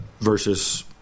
versus